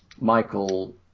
Michael